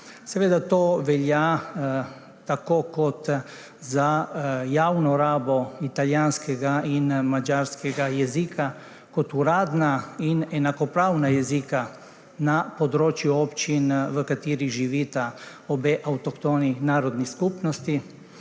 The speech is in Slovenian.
To velja tako za javno rabo italijanskega in madžarskega jezika kot uradna in enakopravna jezika na področju občin, v katerih živita obe avtohtoni narodni skupnosti,